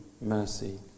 mercy